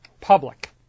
public